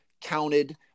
counted